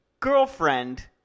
Girlfriend